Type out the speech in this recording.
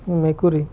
মেকুৰী